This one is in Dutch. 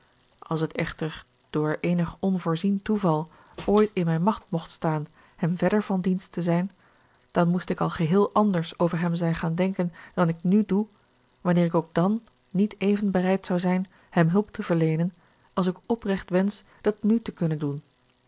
als het echter door eenig onvoorzien toeval ooit in mijn macht mocht staan hem verder van dienst te zijn dan moest ik al geheel anders over hem zijn gaan denken dan ik nu doe wanneer ik ook dan niet even bereid zou zijn hem hulp te verleenen als ik oprecht wensch dat nu te kunnen doen